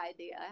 idea